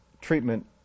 treatment